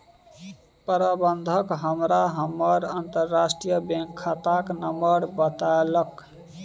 प्रबंधक हमरा हमर अंतरराष्ट्रीय बैंक खाताक नंबर बतेलक